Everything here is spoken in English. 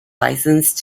licensed